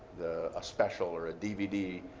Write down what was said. a special or a dvd.